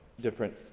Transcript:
different